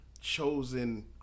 Chosen